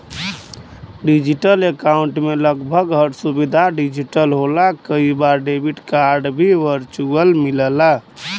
digital account में लगभग हर सुविधा डिजिटल होला कई बार डेबिट कार्ड भी वर्चुअल मिलला